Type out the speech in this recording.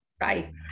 Bye